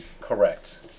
Correct